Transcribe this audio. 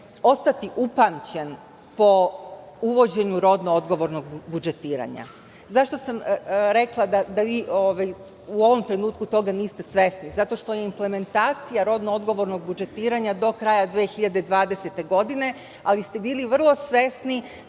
ostati upamćen po uvođenu rodno odgovornog budžetiranja. Zašto sam rekla da vi u ovom trenutku toga niste svesni? Zato što je implementacija rodno odgovornog budžetiranja do kraja 2020. godine, ali ste bili vrlo svesni